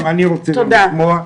אני רוצה גם לשמוע.